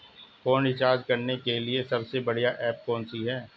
Phone recharge करने के लिए सबसे बढ़िया ऐप कौन सी है?